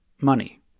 Money